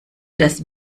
das